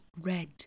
red